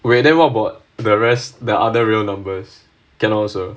wait then what about the rest the other real numbers can also